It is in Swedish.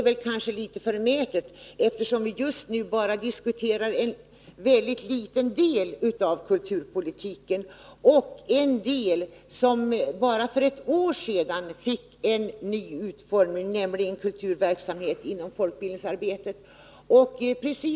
Vi diskuterar ju just nu bara en liten del av kulturpolitiken, och en del som bara för ett år sedan fick en ny utformning, nämligen kulturverksamheten inom folkbildningsarbetet.